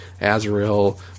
Azrael